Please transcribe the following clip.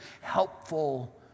helpful